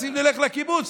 רוצים שנלך לקיבוץ?